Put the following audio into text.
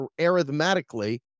arithmetically